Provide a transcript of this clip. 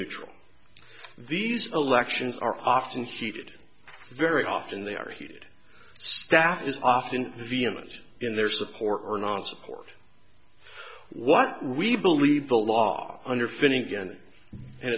neutral these elections are often heated very often they are heated staff is often vehement in their support or not support what we believe the law under finnigan and